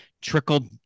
trickled